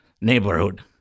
neighborhood